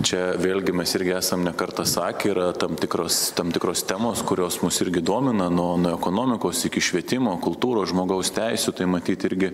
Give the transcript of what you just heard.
čia vėlgi mes irgi esam ne kartą sakę yra tam tikros tam tikros temos kurios mus irgi domina nuo nuo ekonomikos iki švietimo kultūros žmogaus teisių tai matyt irgi